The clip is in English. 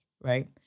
right